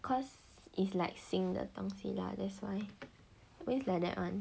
cause it's like 新的东西 lah that's why always like that [one]